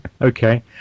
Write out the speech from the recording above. okay